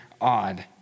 odd